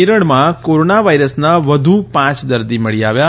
કેરળમાં કોરોના વાયરસના વધુ પાંચ દર્દી મળી આવ્યા